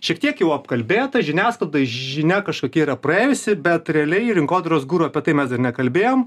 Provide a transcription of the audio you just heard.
šiek tiek jau apkalbėta žiniasklaidoj ž žinia kažkokia yra praėjusi bet realiai rinkodaros guru apie tai mes dar nekalbėjom